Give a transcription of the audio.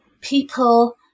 people